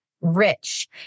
Rich